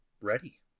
ready